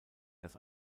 dass